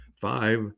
five